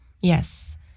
yes